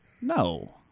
No